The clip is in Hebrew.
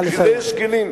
בשביל זה יש כלים.